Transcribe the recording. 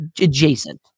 adjacent